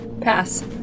Pass